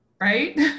right